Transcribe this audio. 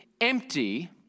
empty